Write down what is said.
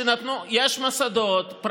יש מוסדות, אילו?